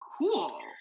cool